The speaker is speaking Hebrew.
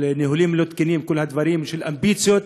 של ניהולים לא תקינים, כל הדברים של אמביציות.